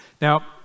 Now